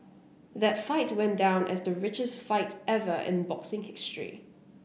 that fight went down as the richest fight ever in boxing history